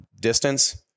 distance